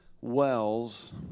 wells